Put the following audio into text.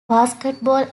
basketball